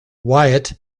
wyatt